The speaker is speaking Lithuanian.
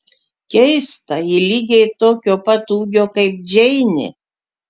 keista ji lygiai tokio pat ūgio kaip džeinė